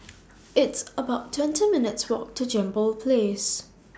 It's about twenty minutes' Walk to Jambol Place